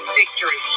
victory